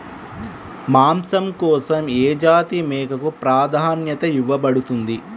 మాంసం కోసం ఏ జాతి మేకకు ప్రాధాన్యత ఇవ్వబడుతుంది?